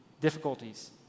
Difficulties